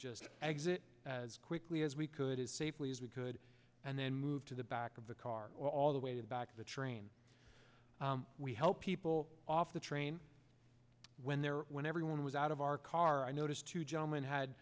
just exit as quickly as we could as safely as we could and then move to the back of the car all the way to the back of the train we helped people off the train when there when everyone was out of our car i noticed two gentlemen had